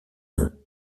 nom